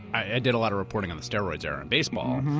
i did a lot of reporting on the steroids era in baseball,